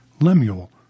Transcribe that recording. Lemuel